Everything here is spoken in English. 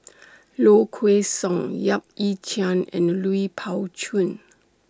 Low Kway Song Yap Ee Chian and Lui Pao Chuen